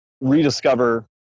rediscover